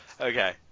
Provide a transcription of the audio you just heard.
Okay